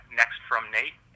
nextfromnate